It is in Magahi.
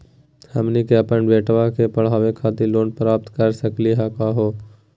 हमनी के अपन बेटवा क पढावे खातिर लोन प्राप्त कर सकली का हो?